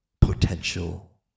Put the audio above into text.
potential